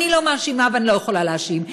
אני לא מאשימה ואני לא יכולה להאשים.